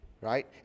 right